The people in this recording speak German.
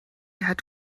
hat